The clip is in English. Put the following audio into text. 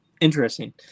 Interesting